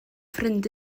ffrind